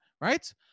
right